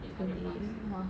really !wah!